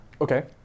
Okay